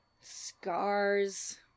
scars